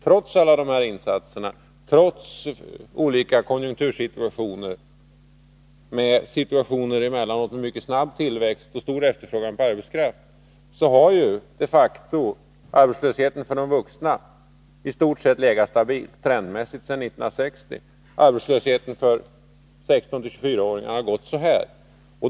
Trots alla dessa insatser, trots olika konjunktursituationer, med emellanåt mycket snabb tillväxt och stor efterfrågan på arbetskraft, så har de facto arbetslösheten för de vuxna i stort sett legat stabil trendmässigt sedan 1960, medan arbetslösheten för 16-24-åringarna har ökat.